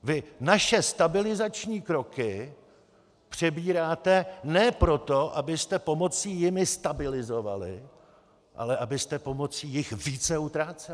Vy naše stabilizační kroky přebíráte ne proto, abyste pomocí jimi stabilizovali, ale abyste pomocí jich více utráceli.